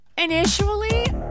Initially